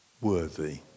worthy